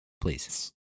please